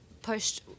pushed